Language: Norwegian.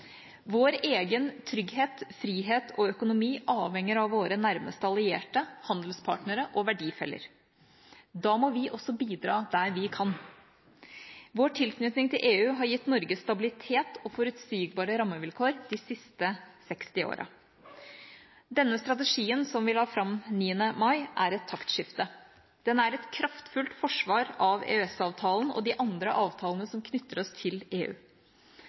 Vår egen trygghet, frihet og økonomi avhenger av våre nærmeste allierte, handelspartnere og verdifeller. Da må vi også bidra der vi kan. Vår tilknytning til EU har gitt Norge stabilitet og forutsigbare rammevilkår de siste 60 årene. Denne strategien, som vi la fram 9. mai, er et taktskifte. Den er et kraftfullt forsvar av EØS-avtalen og de andre avtalene som knytter oss til EU.